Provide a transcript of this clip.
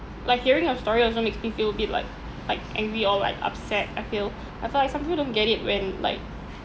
like hearing your story also makes me feel a bit like like angry or like upset I feel I thought like some people don't get it when like